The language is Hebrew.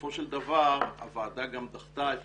ובסופו של דבר הוועדה גם דחתה את